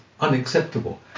unacceptable